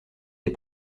des